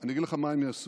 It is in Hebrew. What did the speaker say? אני אגיד לך מה הם יעשו.